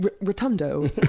Rotundo